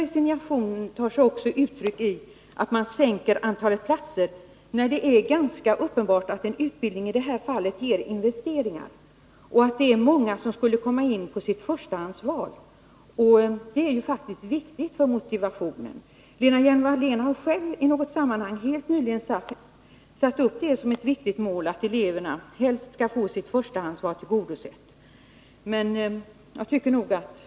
Resignationen tar sig också uttryck i att man minskar antalet platser, trots att det är ganska uppenbart att en utbildning i det här fallet medför investeringar för framtiden och att det är många som skulle komma in på sitt förstahandsval. Det är faktiskt viktigt för motivationen. Lena Hjelm-Wallén har själv i något sammanhang helt nyligen satt upp som ett viktigt mål att eleverna helst skall få sitt förstahandsval tillgodosett.